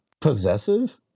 possessive